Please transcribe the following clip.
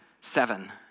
seven